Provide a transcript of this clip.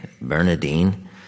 Bernadine